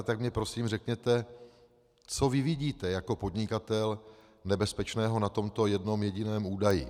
Tak mně prosím řekněte, co vy vidíte jako podnikatel nebezpečného na tomto jednom jediném údaji...